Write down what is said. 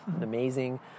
amazing